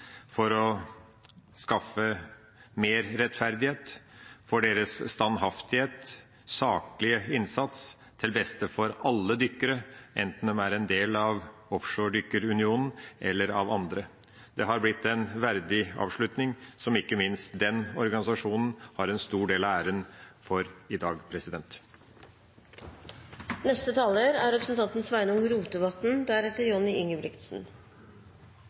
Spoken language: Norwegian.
for å skaffe mer rettferdighet, for deres standhaftighet, saklige innsats til beste for alle dykkere enten de er en del av Offshore Dykker Unionen eller av andre. Det har blitt en verdig avslutning som ikke minst den organisasjonen har en stor del av æren for i dag. Det er